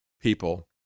people